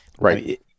right